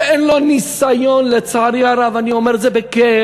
שאין לו ניסיון לצערי הרב, אני אומר את זה בכאב.